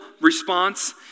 response